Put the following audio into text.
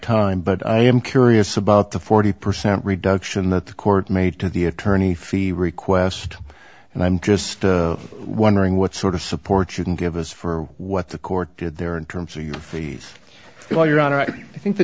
time but i am curious about the forty percent reduction that the court made to the attorney fees request and i'm just wondering what sort of support you can give us for what the court did there in terms of your fees well your honor i think the